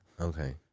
Okay